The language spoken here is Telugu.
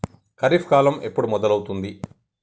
ఖరీఫ్ కాలం ఎప్పుడు మొదలవుతుంది?